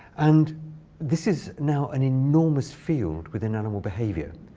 and this is now an enormous field within animal behavior,